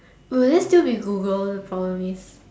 will there still be Google the problem is